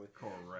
correct